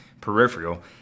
peripheral